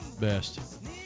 best